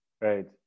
right